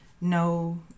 No